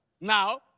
Now